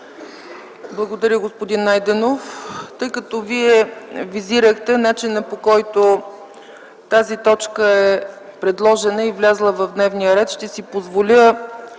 Благодаря, господин Найденов. Тъй като визирахте начина, по който точката е предложена и влязла в дневния ред, ще си позволя